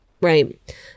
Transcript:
right